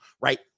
right